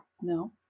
no